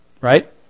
Right